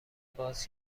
باز